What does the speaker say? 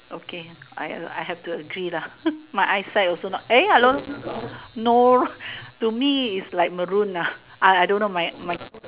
okay I I have to agree lah my eyesight also not hello no to me it's like Maroon lah I don't know my my